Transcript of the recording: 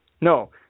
No